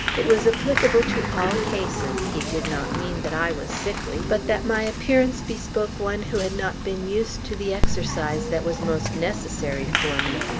it was applicable to all cases he did not mean that i was sickly, but that my appearance bespoke one who had not been used to the exercise that was most necessary for me.